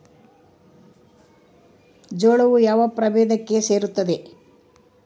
ಜೋಳವು ಯಾವ ಪ್ರಭೇದಕ್ಕೆ ಸೇರುತ್ತದೆ?